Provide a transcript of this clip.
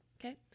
okay